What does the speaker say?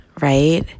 right